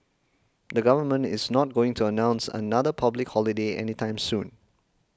the government is not going to announce another public holiday anytime soon